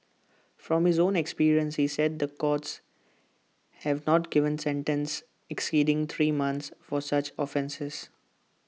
from his own experience he said the courts have not given sentences exceeding three months for such offences